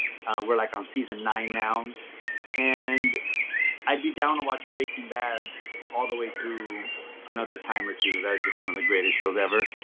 we're like on season nine now and i'd be down to watch breaking bad all the way through another time or two. that was just one of the greatest shows ever.